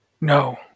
No